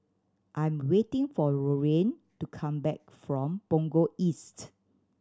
I'm waiting for Dorian to come back from Punggol East